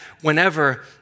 whenever